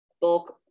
bulk